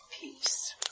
Peace